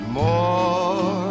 more